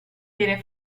viene